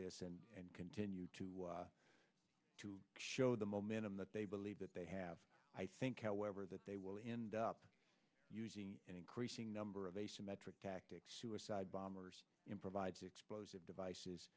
this and continue to to show the momentum that they believe that they have i think however that they will end up using an increasing number of asymmetric tactics suicide bombers improvised explosive devices